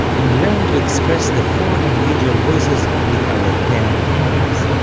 and learn to express the four individual voices with our ten fingers.